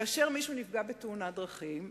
כאשר מישהו נפגע בתאונת דרכים,